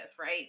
right